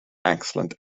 excellent